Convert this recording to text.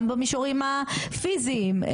גם במישורים הפיזיים.